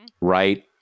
right